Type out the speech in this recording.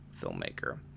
filmmaker